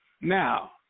Now